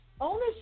ownership